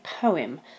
poem